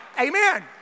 Amen